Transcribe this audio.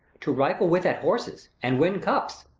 to rifle with at horses, and win cups.